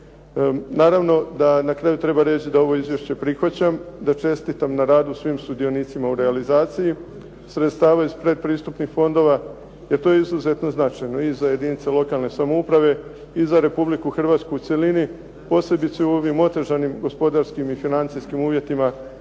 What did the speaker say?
Naravno da na kraju treba reći da ovo izvješće prihvaćam, da čestitam na radu svim sudionicima u realizaciji sredstava iz pretpristupnih programa jer to je izuzetno značajno i za jedinice lokalne samouprave i za Republiku Hrvatsku u cjelini, posebice u ovim otežanim gospodarskim i financijskim uvjetima